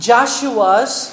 Joshua's